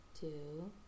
two